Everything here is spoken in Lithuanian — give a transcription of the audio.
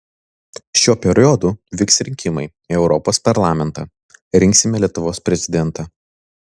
šiuo periodu vyks rinkimai į europos parlamentą rinksime lietuvos prezidentą